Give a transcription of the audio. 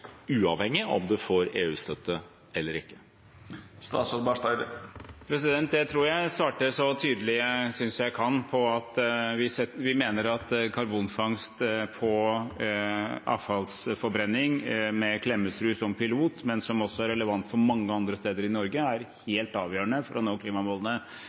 uavhengig av om en får EU-støtte eller ikke? Jeg tror jeg svarte så tydelig jeg synes jeg kan. Vi mener at karbonfangst på avfallsforbrenning med Klemetsrud som pilot, men som også er relevant for mange andre steder i Norge, er helt avgjørende for å nå klimamålene.